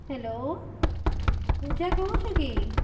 hello Puja କହୁଛ କି